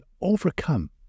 overcome